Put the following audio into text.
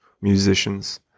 musicians